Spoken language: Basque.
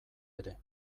ere